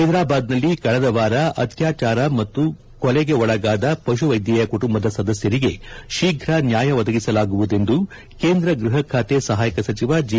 ಹೈದರಾಬಾದ್ನಲ್ಲಿ ಕಳೆದವಾರ ಅತ್ಯಾಚಾರ ಮತ್ತು ಕೊಲೆಗೆ ಒಳಗಾದ ಪಶುವೈದ್ದೆಯ ಕುಟುಂಬದ ಸದಸ್ದರಿಗೆ ಶೀಘ್ರ ನ್ನಾಯ ಒದಗಿಸಲಾಗುವುದೆಂದು ಕೇಂದ್ರ ಗೃಹಖಾತೆಯ ಸಹಾಯಕ ಸಚಿವ ಜಿ